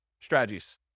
strategies